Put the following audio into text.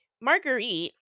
Marguerite